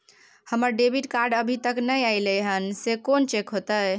हमर debit card अभी तकल नय अयले हैं, से कोन चेक होतै?